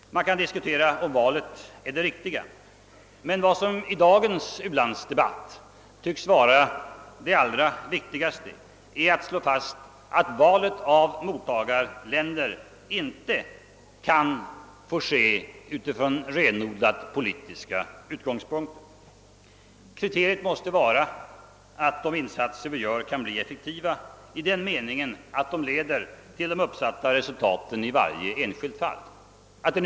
Man kan diskutera, om valet varit det riktiga. Men vad som i dagens u-landsdebatt tycks vara det allra viktigaste är att slå fast att valet av mottagarländer inte bör få ske med renodlat politiska utgångspunkter. Kriteriet måste vara att de insatser vi gör kan bli effektiva i den meningen, att de leder till de uppsatta resultaten i varje enskilt fall.